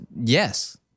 Yes